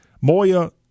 Moya